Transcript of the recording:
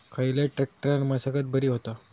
खयल्या ट्रॅक्टरान मशागत बरी होता?